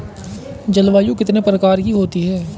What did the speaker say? जलवायु कितने प्रकार की होती हैं?